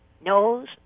knows